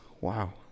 Wow